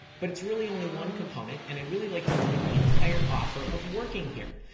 but its really only one component, and i'd really like to look at the entire offer of working here.